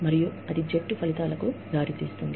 మరియు ఇది జట్టు ఫలితాలకు దారితీస్తుంది